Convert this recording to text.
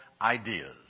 ideas